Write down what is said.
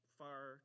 far